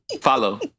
follow